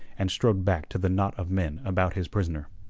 and strode back to the knot of men about his prisoner.